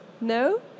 No